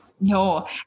No